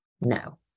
no